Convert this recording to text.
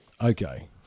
okay –